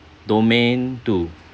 domain two